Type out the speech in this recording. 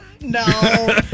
No